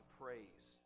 praise